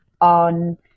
on